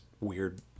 weird